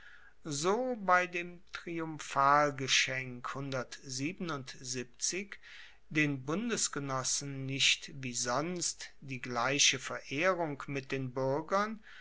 so bei dem triumphalgeschenk den bundesgenossen nicht wie sonst die gleiche verehrung mit den buergern